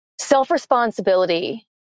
Self-responsibility